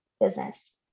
business